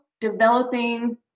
developing